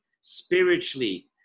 spiritually